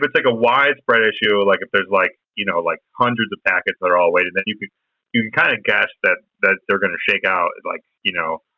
but like, a widespread issue, like, if there's, like, you know, like, hundreds of packets that are all waiting, then you could kinda and kind of guess that that they're gonna shake out, and like, you know,